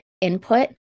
input